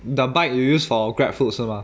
the bike you use for grab food 是吗